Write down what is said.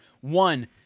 One